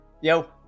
yo